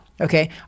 Okay